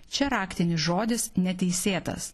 čia raktinis žodis neteisėtas